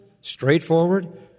straightforward